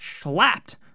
slapped